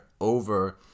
over